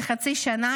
של חצי שנה,